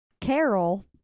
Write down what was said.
Carol